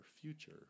future